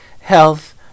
health